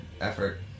effort